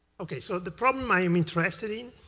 okay. so the problem i am interested in,